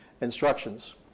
instructions